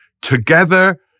Together